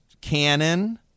canon